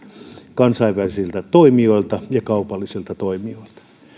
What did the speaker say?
kansainvälisiltä toimijoilta ja kaupallisilta toimijoilta